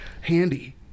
handy